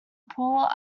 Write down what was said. paul